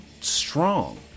strong